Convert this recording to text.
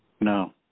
No